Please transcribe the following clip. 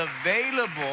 available